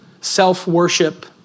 self-worship